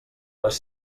les